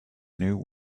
new